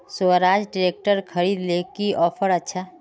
Swaraj tractor किनले की offer अच्छा?